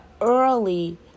early